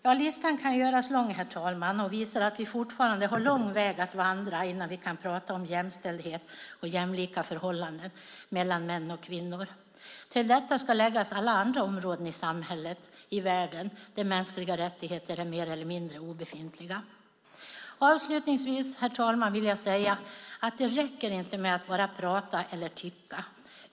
Ja, listan kan göras lång, herr talman, och visar att vi fortfarande har lång väg att vandra innan vi kan prata om jämställdhet och jämlika förhållanden mellan män och kvinnor. Till detta ska läggas alla andra områden i samhället och i världen där mänskliga rättigheter är mer eller mindre obefintliga. Avslutningsvis, herr talman, vill jag säga att det inte räcker med att bara prata eller tycka.